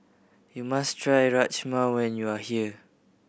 you must try Rajma when you are here